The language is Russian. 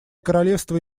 королевство